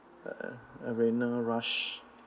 err arena rush